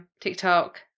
TikTok